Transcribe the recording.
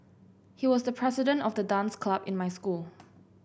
he was the president of the dance club in my school